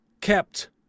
kept